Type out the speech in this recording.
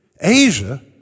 Asia